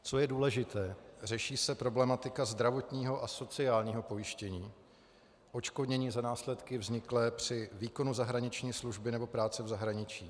Co je důležité, řeší se problematika zdravotního a sociálního pojištění, odškodnění za následky vzniklé při výkonu zahraniční služby nebo práce v zahraničí.